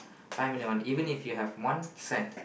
five million one even if you have one cent